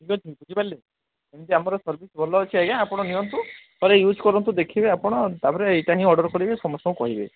ଠିକ୍ ଅଛି ବୁଝିପାରିଲେ ଏମିତି ଆମର ସର୍ଭିସ୍ ଭଲ ଅଛି ଆଜ୍ଞା ଆପଣ ନିଅନ୍ତୁ ଥରେ ଇଉଜ୍ କରନ୍ତୁ ଦେଖିବେ ଆପଣ ତାପରେ ଏଇଟା ହିଁ ଅର୍ଡର୍ କରିବେ ସମସ୍ତଙ୍କୁ କହିବେ